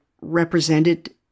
represented